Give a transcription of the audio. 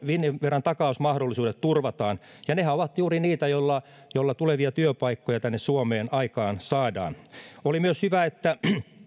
finnveran takausmahdollisuudet turvataan ja nehän ovat juuri niitä joilla joilla tulevia työpaikkoja tänne suomeen aikaansaadaan oli myös hyvä että